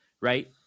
Right